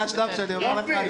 זה השלב שאני אומר לך להירגע.